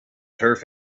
turf